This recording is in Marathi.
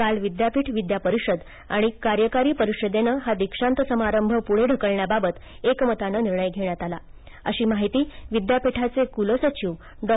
काल विद्यापीठ विद्या परिषद आणि कार्यकारी परिषदेन हा दीक्षांत समारंभ पुढे ढकलण्या बाबत एकमतान निर्णय घेण्यात आला आहे अशी माहिती विद्यापीठाचे कुलसचिव डॉ